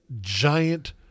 giant